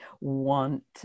want